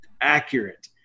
accurate